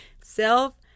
Self